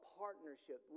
partnership